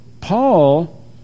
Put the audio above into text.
Paul